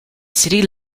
city